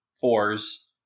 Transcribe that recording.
fours